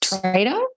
Trader